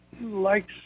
likes